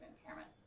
impairment